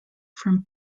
from